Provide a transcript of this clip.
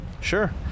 Sure